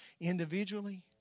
individually